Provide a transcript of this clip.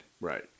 right